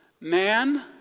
man